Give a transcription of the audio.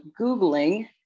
Googling